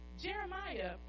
Jeremiah